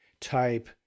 type